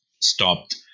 stopped